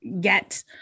get